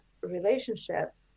relationships